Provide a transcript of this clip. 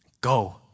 Go